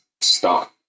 stop